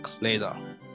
later